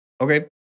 okay